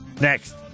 Next